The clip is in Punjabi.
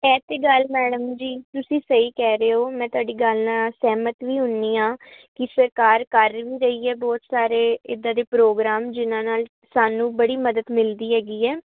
ਇਹ ਤਾਂ ਗੱਲ ਮੈਡਮ ਜੀ ਤੁਸੀਂ ਸਹੀ ਕਹਿ ਰਹੇ ਹੋ ਮੈਂ ਤੁਹਾਡੀ ਗੱਲ ਨਾਲ ਸਹਿਮਤ ਵੀ ਹੁੰਦੀ ਆ ਕਿ ਸਰਕਾਰ ਕਰ ਵੀ ਰਹੀ ਆ ਬਹੁਤ ਸਾਰੇ ਇੱਦਾਂ ਦੇ ਪ੍ਰੋਗਰਾਮ ਜਿਹਨਾਂ ਨਾਲ ਸਾਨੂੰ ਬੜੀ ਮਦਦ ਮਿਲਦੀ ਹੈਗੀ ਆ